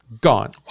gone